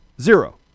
Zero